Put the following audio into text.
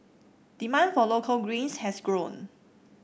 demand for local greens has grown